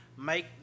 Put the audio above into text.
make